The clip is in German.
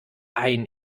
ein